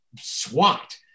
SWAT